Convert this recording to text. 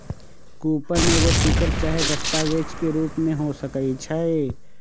coupon एगो ticket चाहे दस्तावेज के रूप में हो सकइ छै